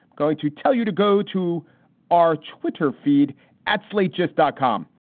going to tell you to go to our twitter feed at slate, just dot com